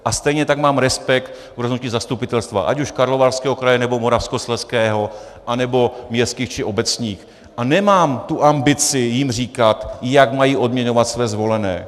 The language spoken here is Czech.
A stejně tak mám respekt k rozhodnutí zastupitelstva, ať už Karlovarského kraje, nebo Moravskoslezského, anebo městských či obecních, a nemám tu ambici jim říkat, jak mají odměňovat své zvolené.